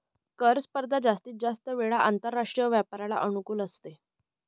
कर स्पर्धा जास्तीत जास्त वेळा आंतरराष्ट्रीय व्यापाराला अनुकूल असते